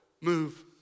move